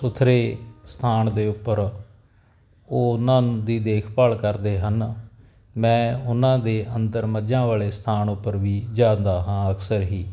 ਸੁਥਰੇ ਸਥਾਨ ਦੇ ਉੱਪਰ ਉਹ ਉਹਨਾਂ ਦੀ ਦੇਖਭਾਲ ਕਰਦੇ ਹਨ ਮੈਂ ਉਹਨਾਂ ਦੇ ਅੰਦਰ ਮੱਝਾਂ ਵਾਲੇ ਸਥਾਨ ਉੱਪਰ ਵੀ ਜਾਂਦਾ ਹਾਂ ਅਕਸਰ ਹੀ